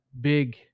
big